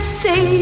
say